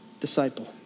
Disciple